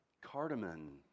cardamom